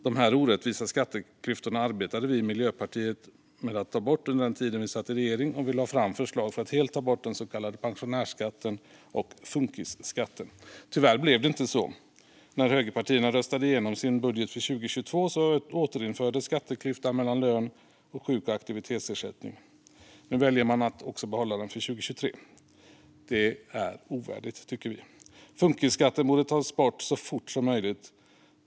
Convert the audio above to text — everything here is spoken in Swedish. De orättvisa skatteklyftorna arbetade vi i Miljöpartiet med att ta bort under den tid vi satt i regeringen. Vi lade fram förslag för att helt ta bort den så kallade pensionärsskatten och funkisskatten. Tyvärr blev det inte så. När högerpartierna röstade igenom sin budget för 2022 återinfördes skatteklyftan mellan lön och sjuk och aktivitetsersättning. Nu väljer man att behålla den också för 2023. Det är ovärdigt. Funkisskatten borde tas bort så fort som möjligt.